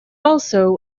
also